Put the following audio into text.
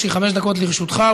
חמש דקות לרשותך,